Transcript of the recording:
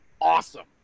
awesome